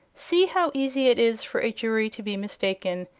see how easy it is for a jury to be mistaken.